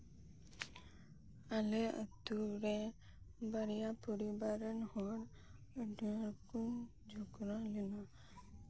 ᱟᱞᱮ ᱟᱛᱳ ᱨᱮ ᱵᱟᱨᱭᱟ ᱯᱚᱨᱤᱵᱟᱨ ᱨᱮᱱ ᱦᱚᱲ ᱟᱹᱰᱤ ᱟᱸᱴ ᱠᱚ ᱡᱷᱚᱜᱽᱲᱟ ᱞᱮᱱᱟ